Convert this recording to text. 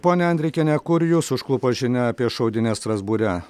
ponia andrikiene kur jus užklupo žinia apie šaudynes strasbūre